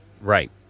Right